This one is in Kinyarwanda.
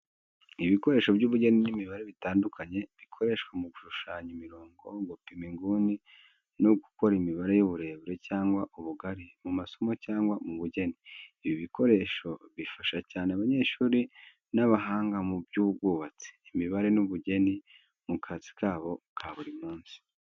Ibikoresho by’ubugeni n’imibare bitandukanye bikoreshwa mu gushushanya imirongo, gupima inguni no gukora imibare y’uburebure cyangwa ubugari mu masomo cyangwa mu bugeni. Ibi bikoresho bifasha cyane abanyeshuri n’abahanga mu by’ubwubatsi, imibare n’ubugeni mu kazi kabo ka buri munsi.